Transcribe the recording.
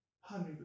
Honey